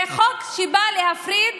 זה חוק שבא להפריד